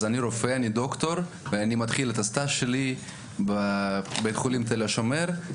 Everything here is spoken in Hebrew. אנו שמחים ומאחל לך שתשלב במערכת הבריאות הישראלית.